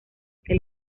que